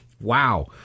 Wow